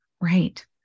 Right